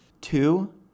Two